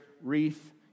wreath